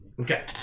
Okay